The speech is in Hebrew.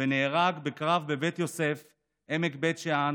ונהרג בקרב בבית יוסף בעמק בית שאן